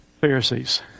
Pharisees